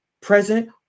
present